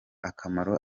akamaro